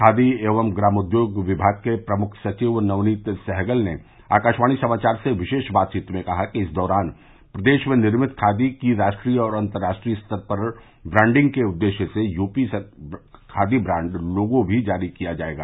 खादी एवं ग्रामोद्योग विभाग के प्रमुख सविव नवनीत सहगल ने आकाशवाणी समाचार से विशेष बातचीत में कहा कि इस दौरान प्रदेश में निर्मित खादी की राष्ट्रीय और अतर्राष्ट्रीय स्तर पर ब्रांडिंग के उददेश्य से यूपी खादी ब्रांड का लोगो भी जारी किया जायेगा